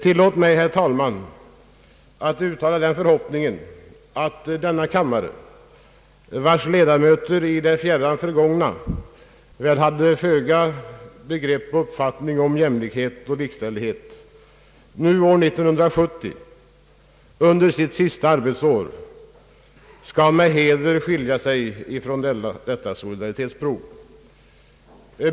Tillåt mig, herr talman, uttala den förhoppningen att denna kammare, vars ledamöter i det fjärran förgångna väl hade föga begrepp och uppfattning om jämlikhet och likställighet, nu år 1970 under sitt sista arbetsår med heder skall skilja sig från detta solidaritetsprov.